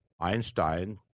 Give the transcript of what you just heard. Einstein